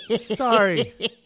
sorry